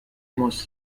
muss